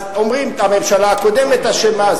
אז אומרים: הממשלה הקודמת אשמה,